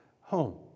home